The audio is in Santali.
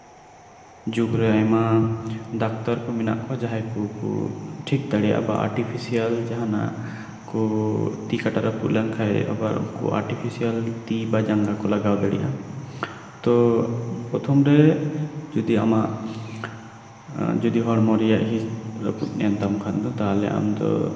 ᱡᱩᱜᱽᱨᱮ ᱟᱭᱢᱟ ᱰᱟᱠᱛᱟᱨ ᱠᱚ ᱢᱮᱱᱟᱜ ᱠᱚᱣᱟ ᱡᱟᱦᱟᱸᱭ ᱠᱚ ᱴᱷᱤᱠ ᱫᱟᱲᱮᱭᱟᱜᱼᱟ ᱵᱟ ᱟᱨᱴᱤᱯᱷᱤᱥᱤᱭᱟᱞ ᱡᱟᱦᱟᱸᱱᱟᱜ ᱛᱤ ᱠᱟᱴᱟ ᱠᱚ ᱨᱟᱹᱯᱩᱫ ᱞᱮᱱ ᱠᱷᱟᱡ ᱟᱨᱴᱤᱯᱷᱤᱥᱤᱭᱟᱞ ᱛᱤ ᱵᱟ ᱡᱟᱸᱜᱟ ᱠᱚ ᱞᱟᱜᱟᱣ ᱫᱟᱲᱮᱭᱟᱜᱼᱟ ᱛᱚ ᱯᱨᱚᱛᱷᱚᱢ ᱨᱮ ᱡᱩᱫᱤ ᱟᱢᱟᱜ ᱦᱚᱲᱢᱚ ᱨᱮ ᱦᱤᱸᱥ ᱨᱟᱹᱯᱩᱫ ᱞᱮᱱ ᱛᱟᱢᱠᱷᱟᱱ ᱫᱚ ᱥᱚᱨᱟᱥᱚᱨᱤ ᱡᱟᱦᱟᱸᱱᱟᱜ